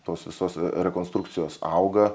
tos visos rekonstrukcijos auga